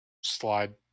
slide